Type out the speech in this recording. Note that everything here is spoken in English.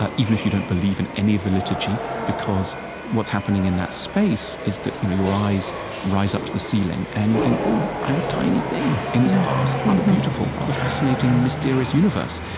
ah even if you don't believe in any of the liturgy. because what's happening in that space is that your eyes rise up to the ceiling, and you think, oh, i'm a tiny thing in this vast, rather beautiful, rather fascinating, mysterious universe.